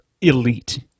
elite